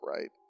right